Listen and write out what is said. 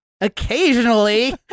Occasionally